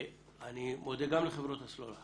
אני מודה גם לחברות הסלולר